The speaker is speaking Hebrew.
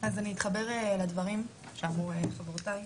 אז אני אתחבר לדברים שאמרו חברותיי,